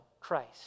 Christ